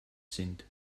sind